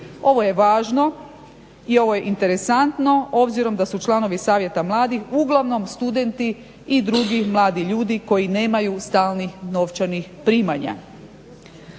Ovo je važno i ovo je interesantno obzirom da su članovi Savjeta mladih uglavnom studenti i drugi mladi ljudi koji nemaju stalnih novčanih primanja.